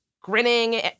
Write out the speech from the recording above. grinning